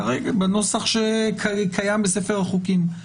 כרגע בנוסח שקיים בספר החוקים.